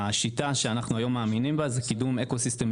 השיטה שאנחנו היום מאמינים בה זה קידום אקו סיסטם מקומי,